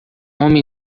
homem